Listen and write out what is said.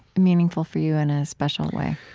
meaningful for you in a special way?